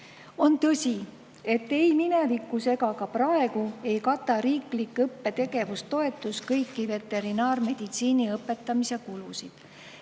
tõsi, et ei minevikus ega ka praegu ei kata riiklik õppetegevustoetus kõiki veterinaarmeditsiini õpetamise kulusid.